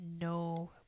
no